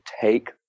take